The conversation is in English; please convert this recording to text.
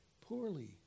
poorly